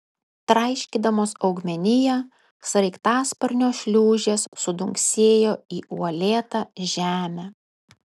traiškydamos augmeniją sraigtasparnio šliūžės sudunksėjo į uolėtą žemę